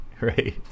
Right